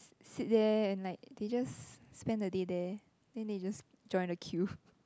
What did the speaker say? sit there and like they just spend the day there and then they just join the queue